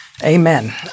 Amen